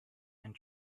and